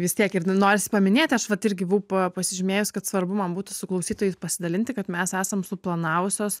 vis tiek ir nu norisi paminėti aš vat irgi buvau pa pasižymėjus kad svarbu man būtų su klausytojais pasidalinti kad mes esam suplanavusios